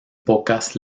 pocas